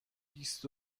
بیست